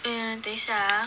!aiya! 等一下 ah